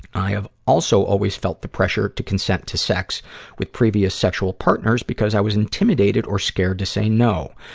i have also always felt the pressure to consent to sex with previous sexual partners because i was intimidated or scared to say no.